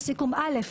לסיכום אל"ף,